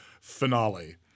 finale